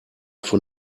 von